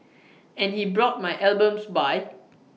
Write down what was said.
and he brought my albums by